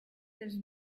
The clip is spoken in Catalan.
dels